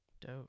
Dope